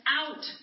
out